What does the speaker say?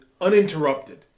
uninterrupted